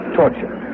torture